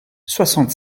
soixante